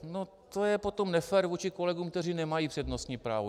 No to je potom nefér vůči kolegům, kteří nemají přednostní právo.